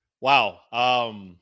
wow